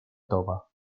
tova